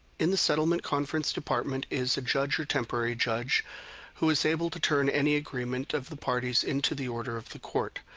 in the settlement conference department is a judge or temporary judge who is able to turn any agreement of the parties into the order of the court,